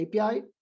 API